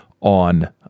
on